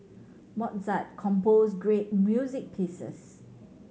mozart composed great music pieces